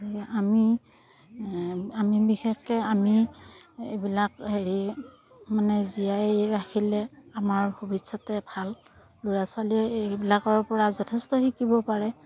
এই আমি আমি বিশেষকৈ আমি এইবিলাক হেৰি মানে জীয়াই ৰাখিলে আমাৰ ভৱিষ্যতে ভাল ল'ৰা ছোৱালীৰ এইবিলাকৰ পৰা যথেষ্ট শিকিব পাৰে